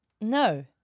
No